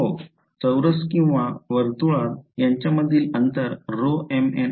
हो चौरस किंवा वर्तुळा यांच्यामधील अंतर mn आहे